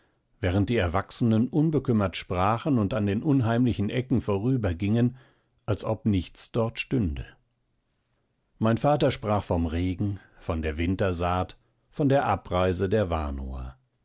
während die erwachsenen unbekümmert sprachen und an den unheimlichen ecken vorübergingen als ob nichts dort stünde mein vater sprach vom regen von der wintersaat von der abreise der